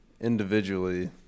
individually